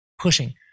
pushing